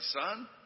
son